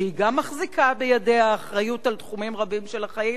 שגם מחזיקה בידיה אחריות לתחומים רבים של החיים,